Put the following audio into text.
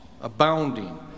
ABOUNDING